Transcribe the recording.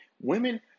women